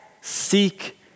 seek